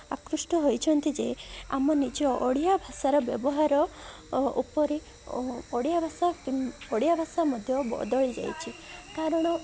ଆତ୍କୃଷ୍ଟ ହୋଇଛନ୍ତି ଯେ ଆମ ନିଜ ଓଡ଼ିଆ ଭାଷାର ବ୍ୟବହାର ଉପରେ ଓଡ଼ିଆ ଭାଷା ଓଡ଼ିଆ ଭାଷା ମଧ୍ୟ ବଦଳି ଯାଇଛି କାରଣ